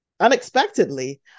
Unexpectedly